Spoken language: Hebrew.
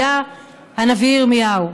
היה הנביא ירמיהו.